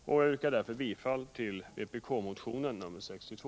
Jag yrkar därför bifall till vpk-motionen 62.